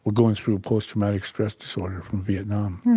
but going through post-traumatic stress disorder from vietnam.